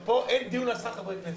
פה אין דיון על שכר חברי כנסת,